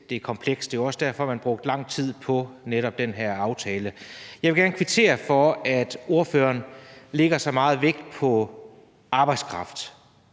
det er komplekst, og det er jo også derfor, man har brugt lang tid på netop den her aftale. Jeg vil gerne kvittere for, at ordføreren lægger så meget vægt på arbejdskraft